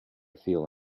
feel